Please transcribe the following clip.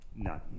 No